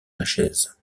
lachaise